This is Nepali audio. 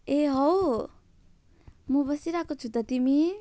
ए हो म बसिरहेको छु त तिमी